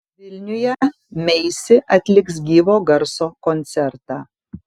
vilniuje meisi atliks gyvo garso koncertą